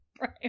right